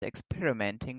experimenting